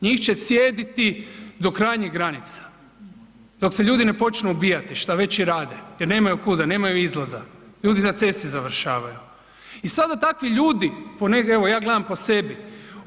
Njih će cijediti do krajnjih granica, dok se ljudi ne počnu ubijati što već i rade jer nemaju kuda, nemaju izlaza, ljudi na cesti završavaju i sada takvi ljudi, evo ja gledam po sebi.